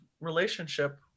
relationship